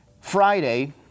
Friday